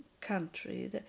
country